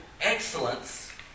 excellence